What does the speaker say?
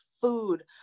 food